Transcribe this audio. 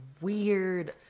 weird